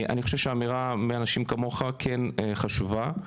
אני חושב שאמירה מאנשים כמוך כן חשובה.